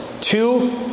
two